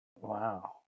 wow